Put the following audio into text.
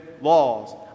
laws